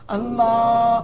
Allah